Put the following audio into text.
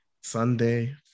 Sunday